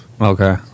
Okay